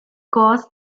caused